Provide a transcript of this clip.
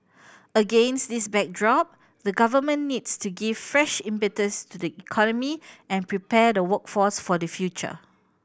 against this backdrop the Government needs to give fresh impetus to the economy and prepare the workforce for the future